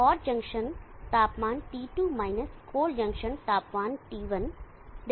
hot junction तापमान T2 minus cold junction तापमान T1 Δt है